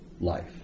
life